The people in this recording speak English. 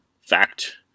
fact